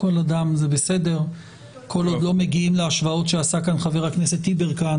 כל עוד לא מגיעים להשוואות שעשה כאן חבר הכנסת יברקן,